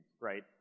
right